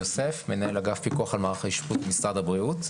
מנהל אגף פיקוח על מערך האשפוז, משרד הבריאות.